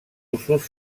usos